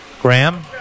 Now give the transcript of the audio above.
Graham